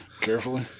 Carefully